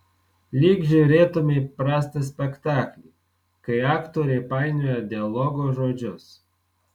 lyg žiūrėtumei prastą spektaklį kai aktoriai painioja dialogo žodžius